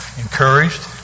encouraged